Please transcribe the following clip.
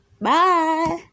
Bye